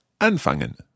anfangen